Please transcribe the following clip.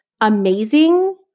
amazing